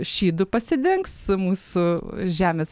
šydu pasidengs mūsų žemės